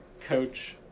coach